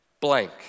blank